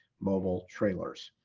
mobile trailers.